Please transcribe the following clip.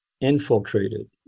infiltrated